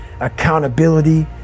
accountability